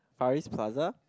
Far East Plaza